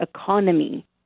economy